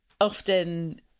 often